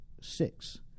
six